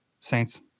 Saints